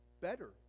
better